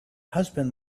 husband